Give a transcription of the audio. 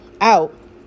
out